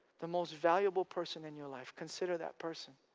the most valuable person in your life, consider that person.